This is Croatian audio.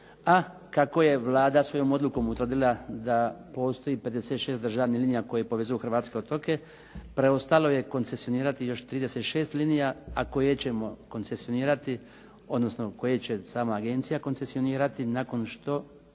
a kako je Vlada svojom odlukom utvrdila da postoji 56 državnih linija koje povezuju hrvatske otoke, preostalo je koncesionirati još 36 linija, a koje ćemo koncesionirati, odnosno koje će sama agencija koncesionirati nakon što